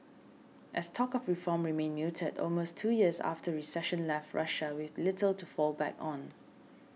as talk of reform remained muted almost two years of recession left Russia with little to fall back on